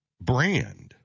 brand